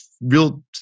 real